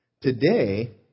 Today